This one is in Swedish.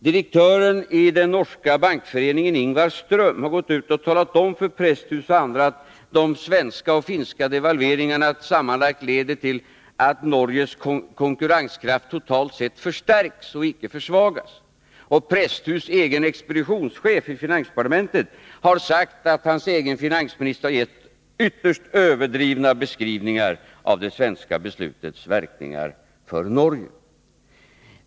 Direktören i den norska bankföreningen, Ingvar Strom, har gått ut och talat om för Presthus och andra att de svenska och finska devalveringarna sammanlagt leder till att Norges konkurrenskraft totalt sett förstärks och icke försvagas. Presthus egen expeditionschef i finansdepartementet har sagt att hans finansminister har gett ytterst överdrivna beskrivningar av det svenska beslutets verkningar för Norge.